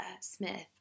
Smith